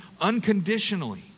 unconditionally